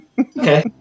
Okay